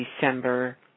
December